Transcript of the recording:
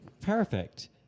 perfect